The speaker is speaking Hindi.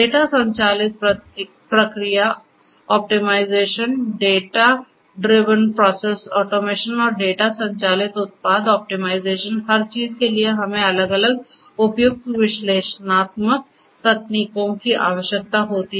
डेटा संचालित प्रक्रिया optimisation data driven process automation और डेटा संचालित उत्पाद ऑप्टिमाइज़ेशन हर चीज़ के लिए हमें अलग अलग उपयुक्त विश्लेषणात्मक तकनीकों की आवश्यकता होती है